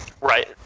right